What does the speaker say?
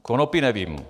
Konopí nevím.